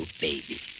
baby